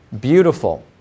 beautiful